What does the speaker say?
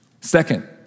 Second